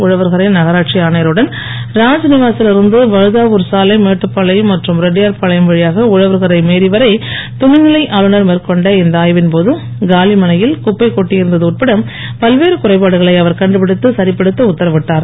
உழவர்கரை நகராட்சி ஆணையருடன் ராத்நிவாசில் இருந்து வழுதாவூர் சாலை மேட்டுபாளையம் மற்றும் ரெட்டியார்பாளையம் வழியாக உழவர்கரை மேரி வரை துணைநிலை ஆளுநர் மேற்கொண்ட இந்த ஆய்வின் போது காலிமனையில் குப்பை கொட்டியிருந்தது உட்பட பல்வேறு குறைபாடுகளை அவர் கண்டுபிடித்து சரிப்படுத்த உத்தரவிட்டார்